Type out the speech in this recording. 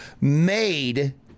made